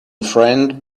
friend